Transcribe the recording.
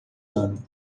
ano